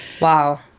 Wow